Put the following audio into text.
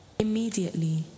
Immediately